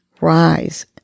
rise